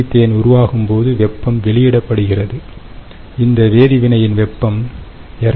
methane உருவாகும் போது வெப்பம் வெளியிடப்படுகிறது இந்த வேதி வினையின் வெப்பம் 250